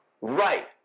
Right